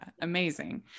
amazing